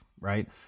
Right